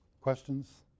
Questions